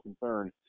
concern